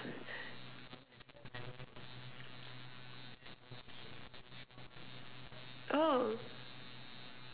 oh